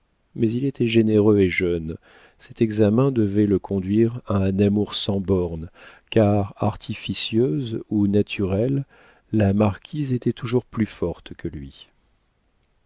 mais il était généreux et jeune cet examen devait le conduire à un amour sans bornes car artificieuse ou naturelle la marquise était toujours plus forte que lui